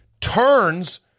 turns